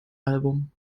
album